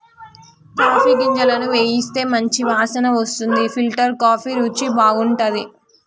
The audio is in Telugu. కాఫీ గింజలను వేయిస్తే మంచి వాసన వస్తుంది ఫిల్టర్ కాఫీ రుచి బాగుంటది